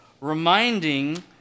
reminding